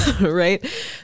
right